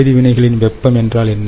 வேதி வினைகளின் வெப்பம் என்றால் என்ன